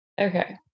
Okay